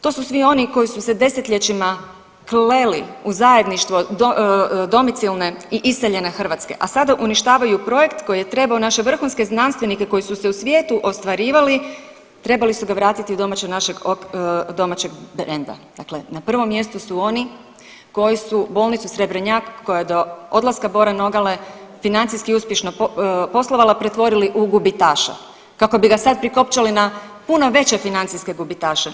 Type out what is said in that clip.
To su svi oni koji su se desetljećima kleli u zajedništvo domicilne i iseljene Hrvatske, a sada uništavaju projekt koji je trebao naše vrhunske znanstvenike koji su se u svijetu ostvarivali trebali su ga vratiti u domaće … [[Govornica se ne razumije.]] dakle na prvom mjestu su oni koji su bolnicu Srebrnjak koja je do odlaska Bore Nogale financijski uspješno poslovala pretvorili u gubitaša kako bi ga sad prikopčali na puno veće financijske gubitaše.